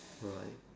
alright